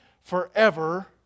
forever